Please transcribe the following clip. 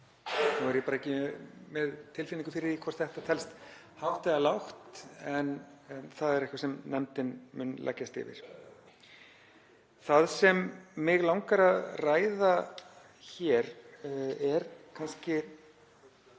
Nú er ég ekki með tilfinningu fyrir því hvort þetta telst hátt eða lágt en það er eitthvað sem nefndin mun leggjast yfir. Það sem mig langar að ræða hér er kannski